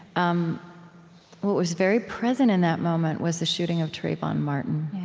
um what was very present and that moment was the shooting of trayvon martin.